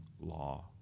law